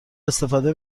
استفاده